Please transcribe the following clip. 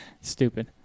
Stupid